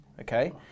okay